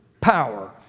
power